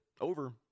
Over